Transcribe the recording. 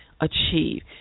achieve